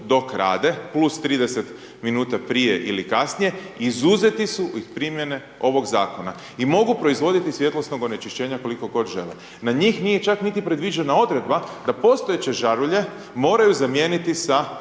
dok rade plus 30 minuta prije ili kasnije izuzeti su iz primjene ovog zakona i mogu proizvoditi svjetlosnog onečišćenja koliko god žele. Na njih nije čak niti predviđena odredba da postojeće žarulje moraju zamijeniti sa